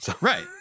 right